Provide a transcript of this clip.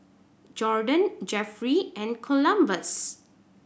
Jorden Jefferey and Columbus